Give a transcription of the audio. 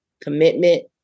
commitment